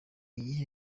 iyihe